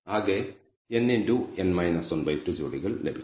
ആകെ n2 ജോഡികൾ ലഭിക്കും